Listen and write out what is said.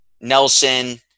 Nelson